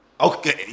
Okay